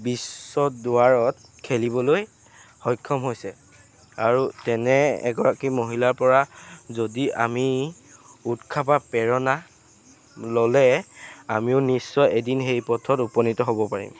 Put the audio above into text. বিশ্ব দুৱাৰৰ খেলিবলৈ সক্ষম হৈছে আৰু তেনে এগৰাকী মহিলাৰপৰা যদি আমি উৎসাহ বা প্ৰেৰণা ল'লে আমিও নিশ্চয় এদিন সেই পথত উপনীত হ'ব পাৰিম